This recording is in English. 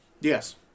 Yes